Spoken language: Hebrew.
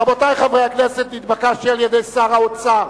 רבותי חברי הכנסת, נתבקשתי על-ידי שר האוצר